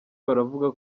baravuga